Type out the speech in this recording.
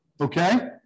Okay